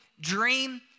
dream